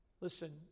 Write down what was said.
listen